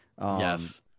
Yes